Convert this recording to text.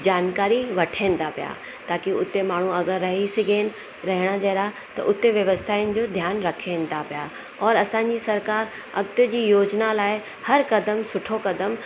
जानकारी वठनि था पिया ताक़ी उते माण्हू अगरि रही सघनि रहण जहिड़ा त उते व्यवस्थानि जो ध्यानु रखनि था पिया और असांजी सरकार अॻिते जी योजना लाइ हर क़दम सुठो क़दम